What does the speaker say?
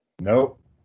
Nope